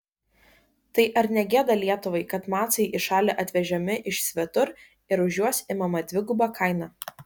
tai ar ne gėda lietuvai kad macai į šalį atvežami iš svetur ir už juos imama dviguba kaina